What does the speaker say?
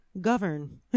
govern